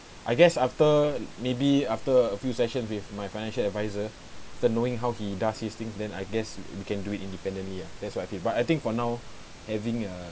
I guess after maybe after a few session with my financial advisor the knowing how he does this thing then I guess you can do it independently ah that's what I feel but I think for now having a